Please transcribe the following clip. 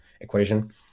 equation